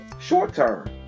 Short-term